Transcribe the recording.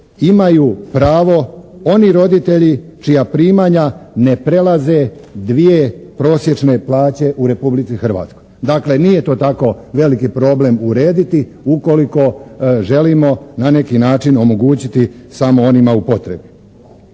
imaju pravo oni roditelji čija primanja ne prelaze dvije prosječne plaće u Republici Hrvatskoj. Dakle, nije to tako veliki problem urediti ukoliko želimo na neki način omogućiti samo onima u potrebi.